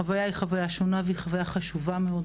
החוויה היא חוויה שונה וחשובה מאוד,